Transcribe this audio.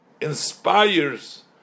inspires